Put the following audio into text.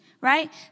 right